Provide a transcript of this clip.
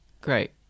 Great